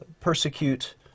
persecute